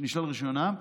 נשלל רישיונם.